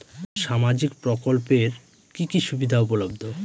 সামাজিক প্রকল্প এর কি কি সুবিধা উপলব্ধ?